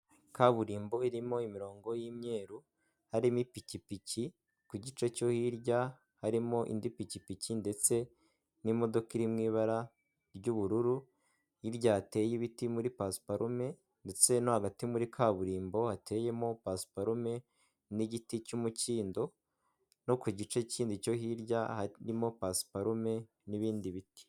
Kaburimbo irimo imirongo y'imyeru, harimo ipikipiki ku gice cyo hirya, harimo indi pikipiki ndetse n'imodoka irimo ibara ry'ubururu, hirya hateye ibiti muri pasiparume ndetse no hagati muri kaburimbo hateyemo pasiparume n'igiti cy'umukindo, no ku gice kinini cyo hirya harimo pasiparume n'ibindi biti.